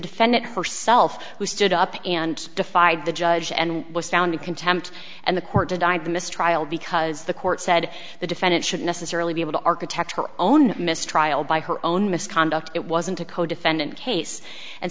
defendant herself who stood up and defied the judge and was found in contempt and the court to decide the mistrial because the court said the defendant should necessarily be able to architect her own mistrial by her own misconduct it wasn't a codefendant case and